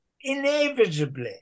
inevitably